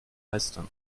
meistern